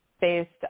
based